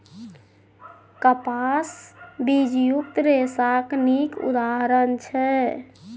कपास बीजयुक्त रेशाक नीक उदाहरण छै